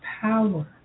power